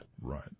Right